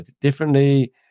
differently